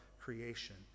creation